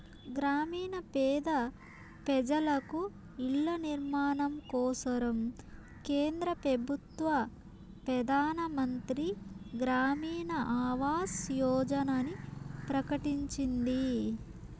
గ్రామీణ పేద పెజలకు ఇల్ల నిర్మాణం కోసరం కేంద్ర పెబుత్వ పెదానమంత్రి గ్రామీణ ఆవాస్ యోజనని ప్రకటించింది